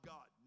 God